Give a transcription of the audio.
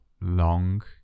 long